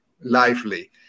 lively